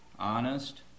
honest